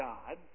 God